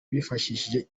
bifashishije